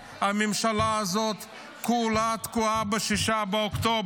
למערכת הביטחון: גם אתם תקועים ב-6 באוקטובר.